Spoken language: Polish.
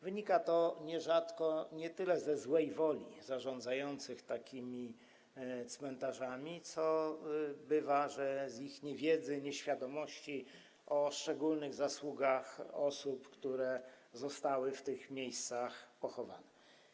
Wynika to nierzadko nie tyle ze złej woli zarządzających takimi cmentarzami, ile, bywa, z ich niewiedzy, nieświadomości co do szczególnych zasług osób, które zostały w tych miejscach pochowane.